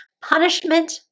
Punishment